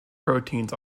proteins